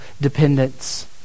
dependence